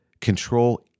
control